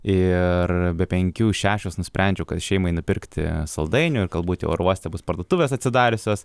ir be penkių šešios nusprendžiau kad šeimai nupirkti saldainių ir galbūt jau oro uoste bus parduotuvės atsidariusios